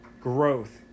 growth